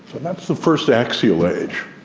that's the first axial age.